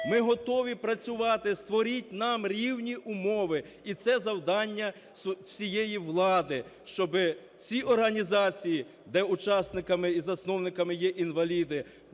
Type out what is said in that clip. ми готові працювати, створіть нам рівні умови. І це завдання всієї влади, щоб ці організації, де учасниками і засновниками є інваліди